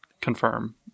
confirm